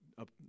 up